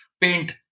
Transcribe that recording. paint